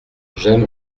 j’aime